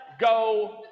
go